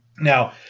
Now